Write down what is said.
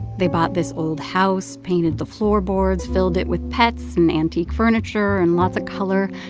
they bought this old house, painted the floorboards, filled it with pets, and antique furniture and lots of color.